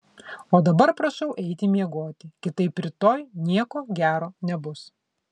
o dabar prašau eiti miegoti kitaip rytoj nieko gero nebus